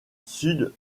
sud